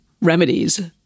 remedies